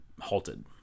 halted